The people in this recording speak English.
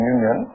Union